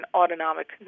autonomic